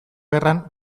gerran